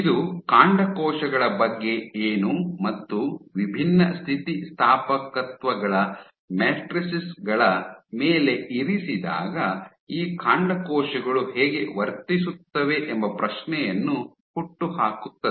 ಇದು ಕಾಂಡಕೋಶಗಳ ಬಗ್ಗೆ ಏನು ಮತ್ತು ವಿಭಿನ್ನ ಸ್ಥಿತಿಸ್ಥಾಪಕತ್ವಗಳ ಮ್ಯಾಟ್ರಿಸೈಸ್ ಗಳ ಮೇಲೆ ಇರಿಸಿದಾಗ ಈ ಕಾಂಡಕೋಶಗಳು ಹೇಗೆ ವರ್ತಿಸುತ್ತವೆ ಎಂಬ ಪ್ರಶ್ನೆಯನ್ನು ಹುಟ್ಟುಹಾಕುತ್ತದೆ